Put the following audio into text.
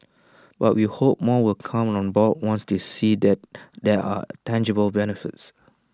but we hope more will come on board once they see that there are tangible benefits